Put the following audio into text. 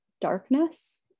darkness